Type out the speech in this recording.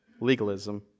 legalism